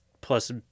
plus